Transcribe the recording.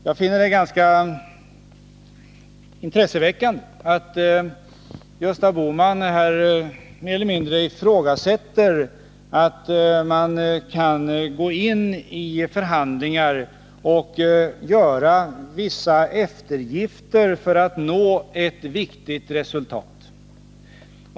Jag finner det ganska intresseväckande att Gösta Bohman mer eller mindre ifrågasätter att man kan gå in i förhandlingar och göra vissa eftergifter för att nå ett viktigt resultat.